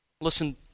Listen